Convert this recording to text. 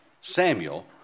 Samuel